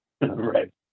Right